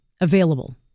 available